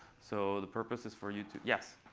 so the purpose is for you to yes?